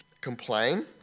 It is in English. complain